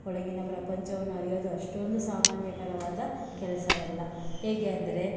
ಒಳಗಿನ ಪ್ರಪಂಚವನ್ನು ಅರಿಯೋದು ಅಷ್ಟೊಂದು ಸಾಮಾನ್ಯಕರವಾದ ಕೆಲಸವಲ್ಲ ಹೇಗೆ ಅಂದರೆ